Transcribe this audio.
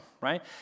right